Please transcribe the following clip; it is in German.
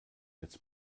jetzt